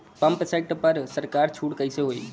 Pump set पर सरकार छूट कईसे होई?